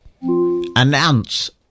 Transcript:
announce